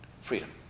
Freedom